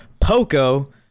Poco